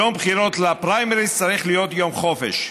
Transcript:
יום הפריימריז צריך להיות יום חופש.